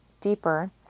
deeper